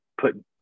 put